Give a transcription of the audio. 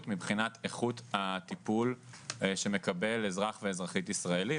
מבחינת איכות הטיפול שמקבלים אזרח ואזרחית ישראליים,